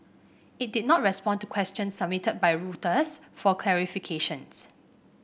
it did not respond to questions submitted by Reuters for clarification